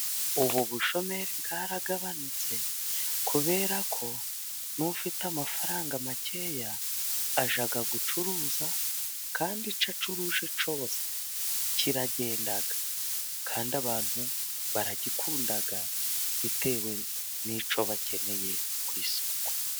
Ubu bushomeri bwaragabanutse kubera ko n'ufite amafaranga makeya ajya gucuruza, kandi icyo acururuje cyose kiragenda kandi abantu baragikunda bitewe n'icyo bakeneye ku isoko.